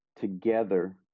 together